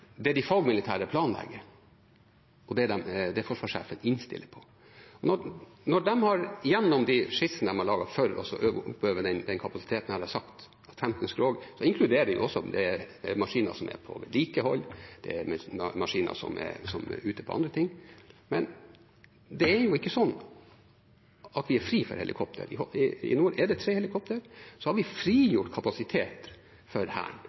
det de fagmilitære planlegger, og det forsvarssjefen innstiller på. Når de gjennom de skissene de har laget for å øve opp kapasiteten på 15 skrog, inkluderer det også maskiner som er på vedlikehold, og maskiner som er ute på andre ting. Men det er jo ikke sånn at de er fri for helikopter i nord. I nord er det tre helikoptre, og så har vi frigjort kapasitet for Hæren.